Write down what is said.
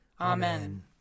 Amen